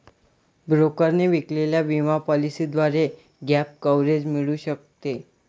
ब्रोकरने विकलेल्या विमा पॉलिसीद्वारे गॅप कव्हरेज मिळू शकते